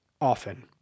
often